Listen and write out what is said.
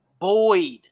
Boyd